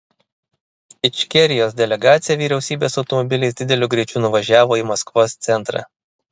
ičkerijos delegacija vyriausybės automobiliais dideliu greičiu nuvažiavo į maskvos centrą